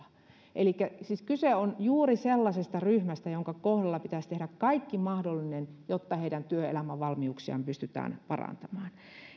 elikkä siis kyse on juuri sellaisesta ryhmästä jonka kohdalla pitäisi tehdä kaikki mahdollinen jotta heidän työelämävalmiuksiaan pystytään parantamaan